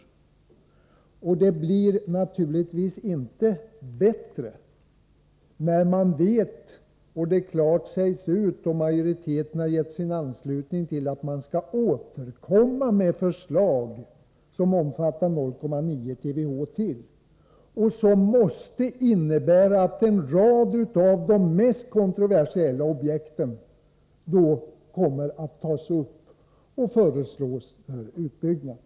Och det blir naturligtvis inte bättre när det klart sägs ut och majoriteten ger sin anslutning till att man skall återkomma med ett förslag som omfattar ytterligare 0,9 TWh, vilket innebär att en rad av de mest kontroversiella objekten måste föreslås för utbyggnad.